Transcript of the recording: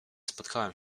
spotkałam